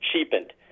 cheapened